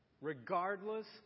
regardless